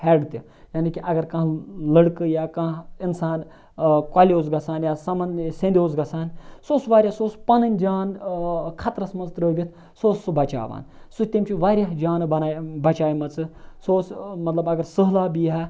head تہِ یعنی کہِ اگر کانٛہہ لٔڑکہٕ یا کانٛہہ اِنسان کۄلہِ اوس گژھان یا سَمن سِنٛدھ اوس گژھان سُہ اوس واریاہ سُہ اوس پَنٕںۍ جان خطرَس منٛز ترٛٲوِتھ سُہ اوس سُہ بَچاوان سُہ تٔمۍ چھِ واریاہ جانہٕ بناے بَچایمَژٕ سُہ اوس مطلب اگر سٔہلاب ییٖہا